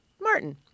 Martin